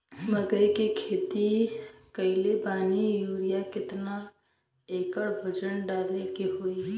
मकई के खेती कैले बनी यूरिया केतना कट्ठावजन डाले के होई?